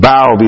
Bow